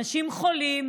אנשים חולים,